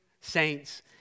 saints